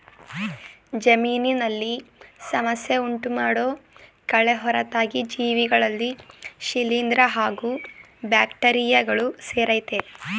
ಜಮೀನಿನಲ್ಲಿ ಸಮಸ್ಯೆ ಉಂಟುಮಾಡೋ ಕಳೆ ಹೊರತಾಗಿ ಜೀವಿಗಳಲ್ಲಿ ಶಿಲೀಂದ್ರ ಹಾಗೂ ಬ್ಯಾಕ್ಟೀರಿಯಗಳು ಸೇರಯ್ತೆ